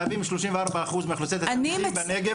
מהווים 34% מהאוכלוסייה בנגב,